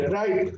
right